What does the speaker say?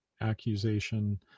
accusation